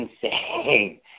insane